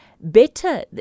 better